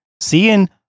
seeing